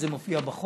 וזה מופיע בחוק.